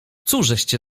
cóżeście